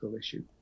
issue